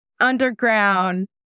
underground